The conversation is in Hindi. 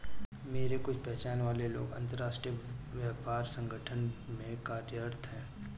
मेरे कुछ पहचान वाले लोग अंतर्राष्ट्रीय व्यापार संगठन में कार्यरत है